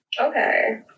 Okay